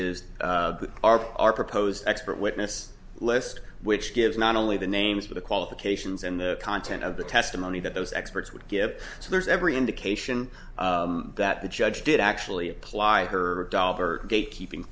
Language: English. is are our proposed expert witness list which gives not only the names of the qualifications and the content of the testimony that those experts would give so there's every indication that the judge did actually apply her doll for gatekeeping